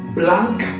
blank